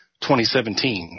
2017